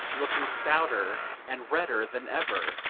looking stouter and redder than ever,